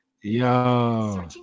Yo